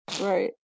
Right